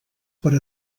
per